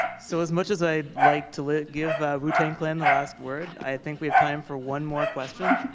so as much as i'd like to give wu tan clan the last word, i think we have time for one more question.